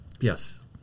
Yes